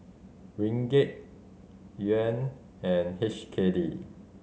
Ringgit Yuan and H K D